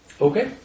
Okay